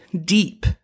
deep